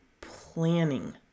planning